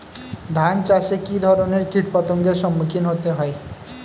ধান চাষে কী ধরনের কীট পতঙ্গের সম্মুখীন হতে হয়?